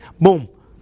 Boom